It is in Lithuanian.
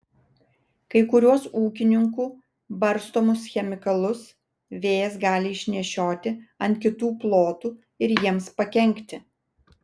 kai kuriuos ūkininkų barstomus chemikalus vėjas gali išnešioti ant kitų plotų ir jiems pakenkti